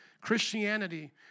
Christianity